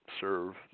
serve